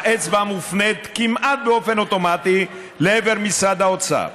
האצבע מופנית כמעט באופן אוטומטי לעבר משרד האוצר,